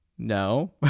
No